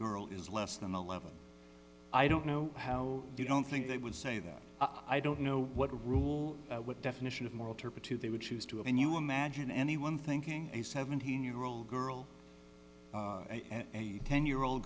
girl is less than eleven i don't know how you don't think they would say that i don't know what a rule what definition of moral turpitude they would choose to have and you imagine anyone thinking a seventeen year old girl and a ten year old